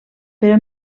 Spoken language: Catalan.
però